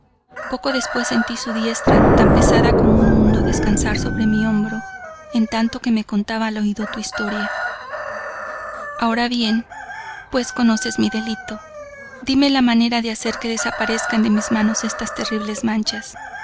poco después sentí su diestra tan pesada como un mundo descansar sobre mi hombro en tanto que me contaba al oído tu historia ahora bien pues conoces mi delito dime la manera de hacer que desaparezcan de mis manos estas terribles manchas